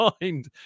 mind